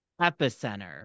epicenter